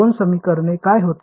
दोन प्रकरणे काय होती